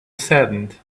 saddened